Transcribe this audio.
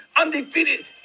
undefeated